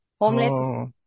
homeless